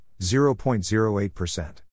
0.08%